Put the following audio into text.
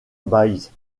baïse